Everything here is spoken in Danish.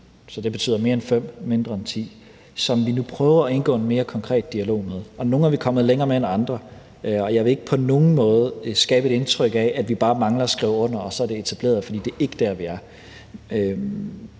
så det betyder mere end fem og mindre end ti – som vi nu prøver at indgå en mere konkret dialog med. Nogle er vi kommet længere med end andre, og jeg vil ikke på nogen måde skabe et indtryk af, at vi bare mangler at skrive under, og så er det etableret, for det er ikke der, vi er.